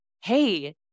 hey